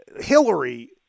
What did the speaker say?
Hillary